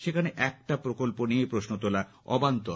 সেখানে একটা প্রকল্প নিয়ে প্রশ্ন তোলা অবান্তর